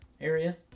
area